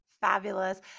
fabulous